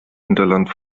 hinterland